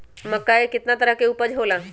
मक्का के कितना तरह के उपज हो ला?